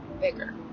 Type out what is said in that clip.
bigger